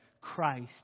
Christ